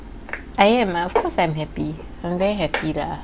I am of course I'm happy I'm very happy lah